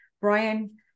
Brian